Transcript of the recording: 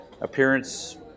appearance